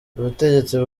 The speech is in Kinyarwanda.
ubutegetsi